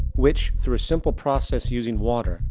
which, through a simple process using water,